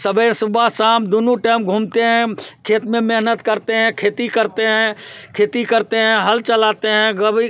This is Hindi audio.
सवेर सुबह शाम दोनों टैम घूमते हैं खेत में मेहनत करते हैं खेती करते हैं खेती करते हैं हल चलाते हैं कभी